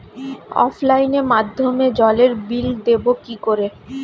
অফলাইনে মাধ্যমেই জলের বিল দেবো কি করে?